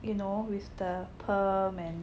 you know with the perm and